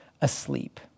asleep